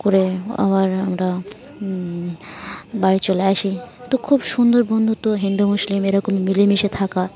করে আবার আমরা বাড়ি চলে আসি তো খুব সুন্দর বন্ধুত্ব হিন্দু মুসলিম এরকম মিলেমিশে থাকা